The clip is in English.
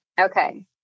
Okay